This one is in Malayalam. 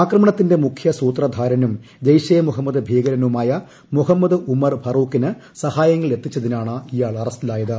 ആക്രമണത്തിന്റെ മുഖ്യ സൂത്രധാരനും ജെയ്ഷെ ഇ മൊഹമ്മദ് ഭീകരനുമായ മൊഹമ്മദ് ഉമർ ഫറൂഖിന് സഹായങ്ങൾ എത്തിച്ചതിനാണ് ഇയാൾ അറസ്റ്റിലായത്